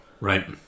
Right